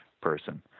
person